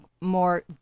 more